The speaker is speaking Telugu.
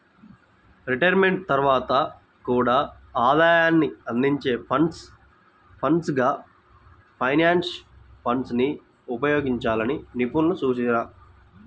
రిటైర్మెంట్ తర్వాత కూడా ఆదాయాన్ని అందించే ఫండ్స్ గా పెన్షన్ ఫండ్స్ ని ఉపయోగించాలని నిపుణుల సూచన